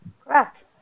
Correct